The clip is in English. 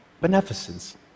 Beneficence